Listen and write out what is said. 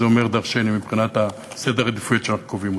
וזה אומר דורשני מבחינת סדר העדיפויות שאנחנו קובעים.